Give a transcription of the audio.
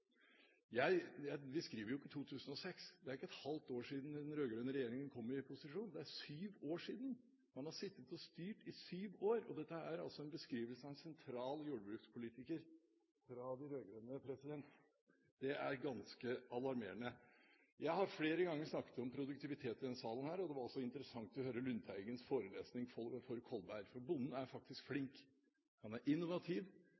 vil akseptere. Vi skriver jo ikke 2006. Det er ikke et halvt år siden den rød-grønne regjeringen kom i posisjon. Det er syv år siden. Man har sittet og styrt i syv år. Dette er en beskrivelse gitt av en sentral jordbrukspolitiker fra de rød-grønne. Det er ganske alarmerende. Jeg har flere ganger snakket om produktivitet i denne salen. Det var også interessant å høre Lundteigens forelesning for Kolberg. For bonden er faktisk flink. Han er innovativ.